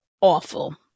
awful